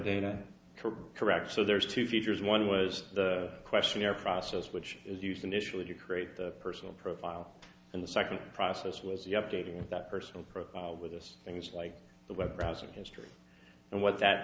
data correct so there's two features one was the questionnaire process which is used initially to create the personal profile and the second process was the updating in that person with this things like the web browser history and what that